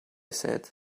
said